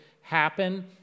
happen